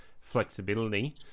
flexibility